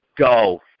go